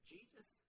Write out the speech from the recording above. Jesus